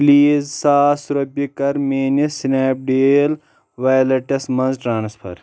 please ساس رۄپیہِ کر میٲنِس سٕنیپ ڈیٖل ویلٹس مَنٛز ٹرانسفر